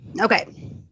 okay